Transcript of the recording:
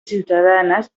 ciutadanes